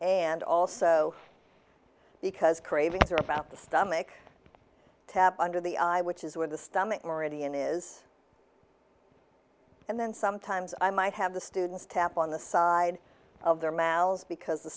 and also because cravings are about the stomach tap under the eye which is where the stomach meridian is and then sometimes i might have the students tap on the side of their mal's because the